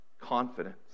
confidence